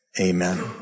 amen